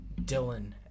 Dylan